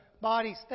bodies